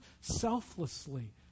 selflessly